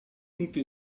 tutti